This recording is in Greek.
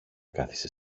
κάθισε